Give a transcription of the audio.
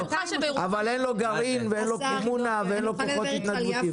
אין לו גרעין ואין לו קומונה ואין לו כוחות התנדבותיים.